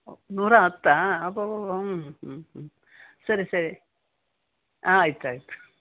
ಓಹ್ ನೂರ ಹತ್ತಾ ಅಬ್ಬಬ್ಬಬ್ಬಾ ಹ್ಞೂ ಹ್ಞೂ ಹ್ಞೂ ಸರಿ ಸರಿ ಆಯ್ತು ಆಯಿತು